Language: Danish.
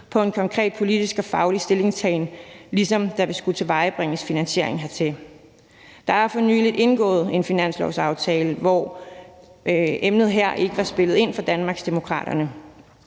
på en konkret politisk og faglig stillingtagen, ligesom da vi skulle tilvejebringe finansieringen hertil. Der er for nylig indgået en finanslovsaftale, hvor emnet her ikke var spillet ind af Danmarksdemokraterne.